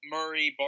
Murray